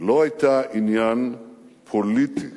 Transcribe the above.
לא היתה עניין פוליטי